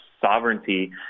sovereignty